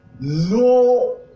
no